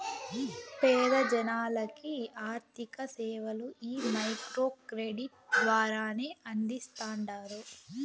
పేద జనాలకి ఆర్థిక సేవలు ఈ మైక్రో క్రెడిట్ ద్వారానే అందిస్తాండారు